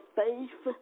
faith